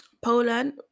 Poland